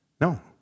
No